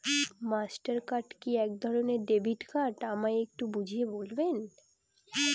Master card কি একধরণের debit card আমায় একটু বুঝিয়ে বলবেন?